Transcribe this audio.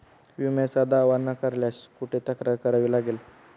विम्याचा दावा नाकारल्यास कुठे तक्रार करावी लागेल?